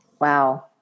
wow